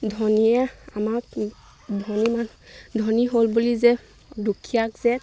ধনীয়ে আমাক ধনী মান ধনী হ'ল বুলি যে দুখীয়াক যে